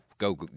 Go